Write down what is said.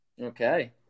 Okay